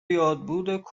یادبود